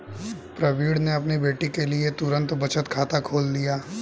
प्रवीण ने अपनी बेटी के लिए तुरंत बचत खाता खोल लिया